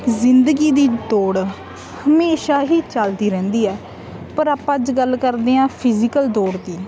ਜ਼ਿੰਦਗੀ ਦੀ ਦੌੜ ਹਮੇਸ਼ਾ ਹੀ ਚਲਦੀ ਰਹਿੰਦੀ ਹੈ ਪਰ ਆਪਾਂ ਅੱਜ ਗੱਲ ਕਰਦੇ ਹਾਂ ਫਿਜ਼ੀਕਲ ਦੌੜ ਦੀ